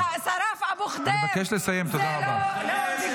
זה ששרף את אבו חדיר, זה לא פיגועים?